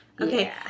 Okay